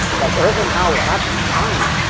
like, irving howe was not funny.